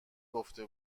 گفته